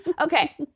Okay